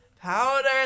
Powder